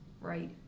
Right